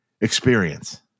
experience